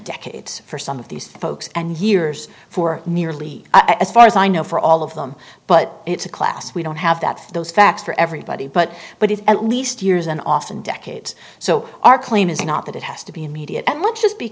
decades for some of these folks and years for nearly as far as i know for all of them but it's a class we don't have that those facts for everybody but but if at least years and often decades so our claim is not that it has to be immediate and let's just be